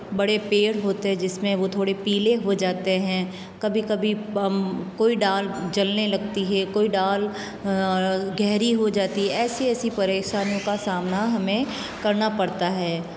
बड़े पेड़ होते हैं जिसमें वो थोड़े पीले हो जाते हैं कभी कभी कोई डाल जलने लगती है कोई डाल गहरी हो जाती है ऐसी ऐसी परेशानियों का सामना हमें करना पड़ता है